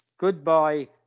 Goodbye